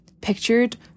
pictured